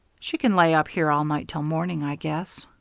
she can lay up here all night till morning, i guess.